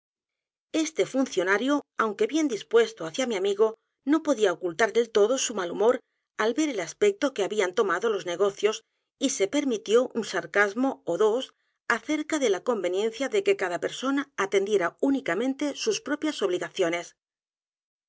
fste funcionario aunque bien dispuesto hacia mi amigo no podía ocultar del todo su mal humor al ver el aspecto que habían tomado los negocios y s e permitió un sarcasmo ó dos acerca de lá conveniencia de que cada persona atendiera únicamente sus propias obligaciones